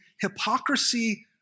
hypocrisy